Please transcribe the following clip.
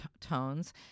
tones